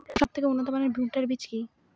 সবথেকে উন্নত মানের ভুট্টা বীজ কি?